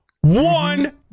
one